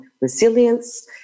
resilience